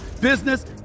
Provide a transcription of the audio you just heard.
business